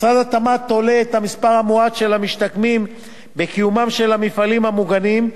משרד התמ"ת תולה את המספר המועט של המשתקמים בקיומם של המפעלים המוגנים,